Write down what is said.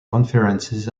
conferences